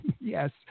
yes